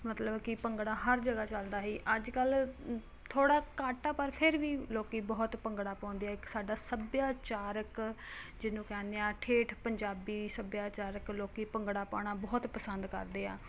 ਮਤਲਬ ਕਿ ਭੰਗੜਾ ਹਰ ਜਗ੍ਹਾ ਚਲਦਾ ਸੀ ਅੱਜ ਕੱਲ੍ਹ ਥੋੜ੍ਹਾ ਘੱਟ ਆ ਪਰ ਫਿਰ ਵੀ ਲੋਕ ਬਹੁਤ ਭੰਗੜਾ ਪਾਉਂਦੇ ਆ ਇੱਕ ਸਾਡਾ ਸੱਭਿਆਚਾਰਕ ਜਿਹਨੂੰ ਕਹਿੰਦੇ ਹਾਂ ਠੇਠ ਪੰਜਾਬੀ ਸੱਭਿਆਚਾਰਕ ਲੋਕ ਭੰਗੜਾ ਪਾਉਣਾ ਬਹੁਤ ਪਸੰਦ ਕਰਦੇ ਆ